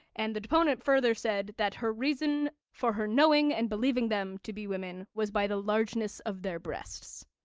and the deponent further said that her reason for her knowing and believing them to be women was by the largeness of their breasts.